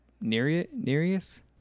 Nereus